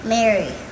Mary